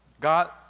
God